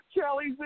Kelly's